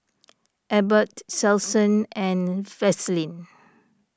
Abbott Selsun and Vaselin